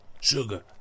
sugar